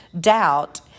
doubt